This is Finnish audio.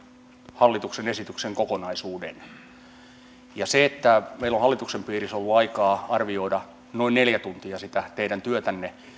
hallituksen esityksen kokonaisuuden koska meillä on hallituksen piirissä ollut aikaa arvioida noin neljä tuntia sitä teidän työtänne